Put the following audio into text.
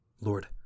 Lord